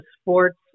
sports